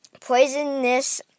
poisonous